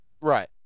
Right